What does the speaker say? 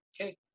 Okay